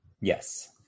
Yes